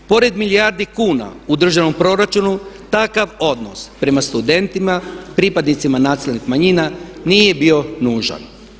Pored milijardi kuna u državnom proračunu takav odnos prema studentima, pripadnicima nacionalnih manjina nije bio nužan.